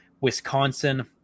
Wisconsin